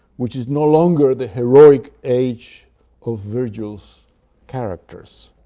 which is no longer the heroic age of virgil's characters,